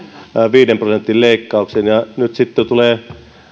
viiden prosentin leikkauksen ja nyt sitten tulee